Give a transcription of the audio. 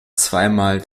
zweimal